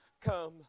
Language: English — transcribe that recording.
Come